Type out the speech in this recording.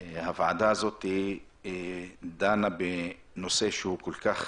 הוועדה הזו דנה בנושא שהוא כל כך